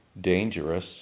dangerous